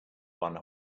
one